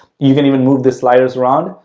you can even move the sliders around.